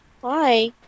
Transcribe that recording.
Bye